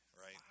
right